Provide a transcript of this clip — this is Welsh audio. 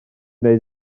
neu